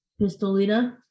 pistolita